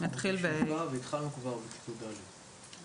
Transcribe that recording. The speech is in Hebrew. יש מקומות בכיתה ד'.